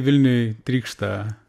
vilniuj trykšta